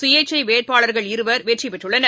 சுயேட்சை வேட்பாளர் இருவர் வெற்றி பெற்றுள்ளார்